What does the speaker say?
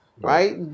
Right